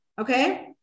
okay